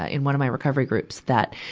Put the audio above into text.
ah in one of my recovery groups that,